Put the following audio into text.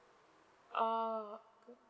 ah good